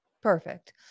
perfect